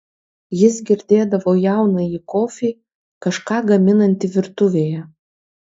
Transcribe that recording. jis girdėdavo jaunąjį kofį kažką gaminantį virtuvėje